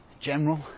general